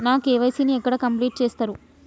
నా కే.వై.సీ ని ఎక్కడ కంప్లీట్ చేస్తరు?